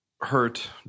hurt